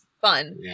fun